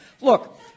Look